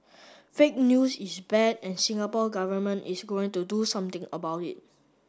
fake news is bad and Singapore Government is going to do something about it